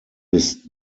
bis